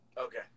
Okay